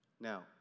Now